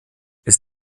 ist